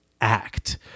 act